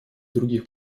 других